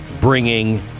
bringing